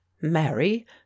mary